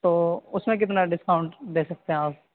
تو اس میں کتنا ڈسکاؤنٹ دے سکتے ہیں آپ